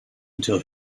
until